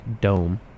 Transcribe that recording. dome